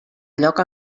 lloc